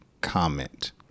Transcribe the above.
comment